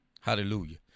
hallelujah